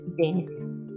benefits